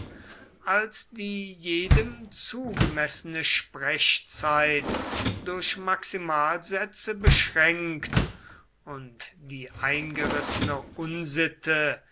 als die jedem zugemessene sprechzeit durch maximalsätze beschränkt und die eingerissene unsitte